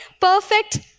perfect